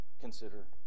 consider